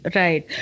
right